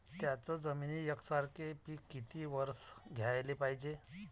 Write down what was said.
थ्याच जमिनीत यकसारखे पिकं किती वरसं घ्याले पायजे?